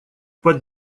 под